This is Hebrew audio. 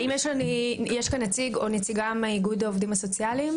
האם יש כאן נציג או נציגה מאיגוד העובדים הסוציאליים?